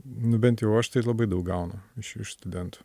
nu bent jau aš tai labai daug gaunu iš iš studentų